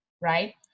right